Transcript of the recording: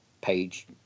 Page